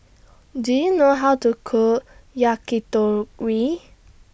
Do YOU know How to Cook Yakitori